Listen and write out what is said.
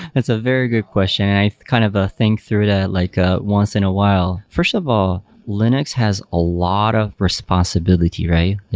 that's a very good question. and i kind of ah think through that like ah once in a while. first of all, linux has a lot of responsibility, right?